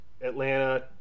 Atlanta